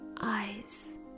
eyes